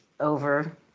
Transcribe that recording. over